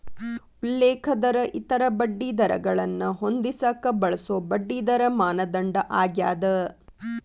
ಉಲ್ಲೇಖ ದರ ಇತರ ಬಡ್ಡಿದರಗಳನ್ನ ಹೊಂದಿಸಕ ಬಳಸೊ ಬಡ್ಡಿದರ ಮಾನದಂಡ ಆಗ್ಯಾದ